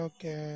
Okay